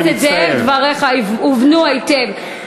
אני מצטער.